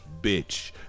bitch